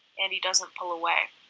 andy doesn't pull away.